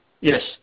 Yes